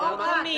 לא רק.